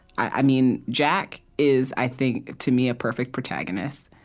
i mean jack is, i think, to me, a perfect protagonist,